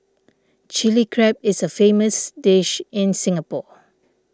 Chilli Crab is a famous dish in Singapore